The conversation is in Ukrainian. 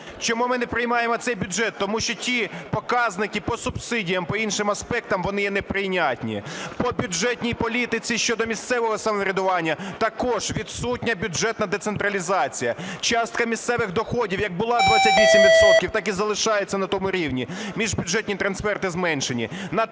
Чому ми не приймаємо цей бюджет? Тому що ті показники по субсидіям і по іншим аспектам, вони є неприйнятні. По бюджетній політиці щодо місцевого самоврядування також відсутня бюджетна децентралізація. Частка місцевих доходів як була 28 відсотків, так і залишається на тому рівні, міжбюджетні трансферти зменшені.